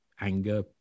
anger